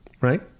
right